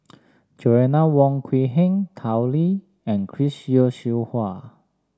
Joanna Wong Quee Heng Tao Li and Chris Yeo Siew Hua